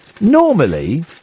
Normally